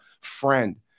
friend